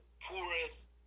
poorest